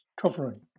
covering